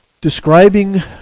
Describing